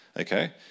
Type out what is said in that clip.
Okay